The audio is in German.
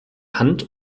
hand